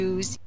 Use